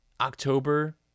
October –